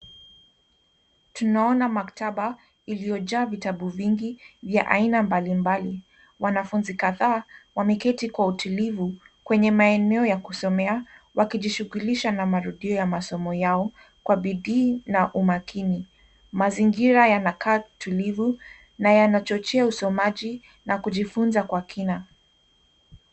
Tunaona maktaba iliyojaa vitabu vingi ya aina mbalimbali, wanafunzi kadhaa wameketi kwa utulivu kwenye maeneo ya kusomea, wakijishughulisha na marudio ya masomo yao kwa bidii na umakini. Mazingira yanakaa tulivu na yanachochea usomaji na kujifunza kwa kina.